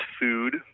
food